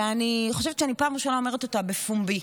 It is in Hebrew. ואני חושבת שאני פעם ראשונה אומרת אותה בפומבי.